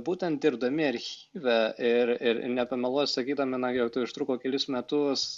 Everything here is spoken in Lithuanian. būtent dirbdami archyve ir ir nepameluosiu sakydami na jog tai užtruko kelis metus